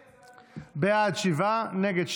בעד, שבעה, נגד,